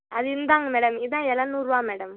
அது இந்தாங்க மேடம் இதான் எழுநூறுவா மேடம்